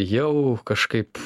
jau kažkaip